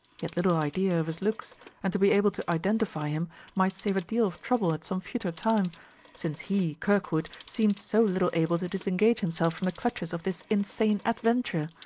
he had little idea of his looks and to be able to identify him might save a deal of trouble at some future time since he, kirkwood, seemed so little able to disengage himself from the clutches of this insane adventure!